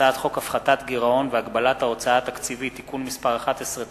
הצעת חוק הפחתת גירעון והגבלת ההוצאה התקציבית (תיקון מס' 11),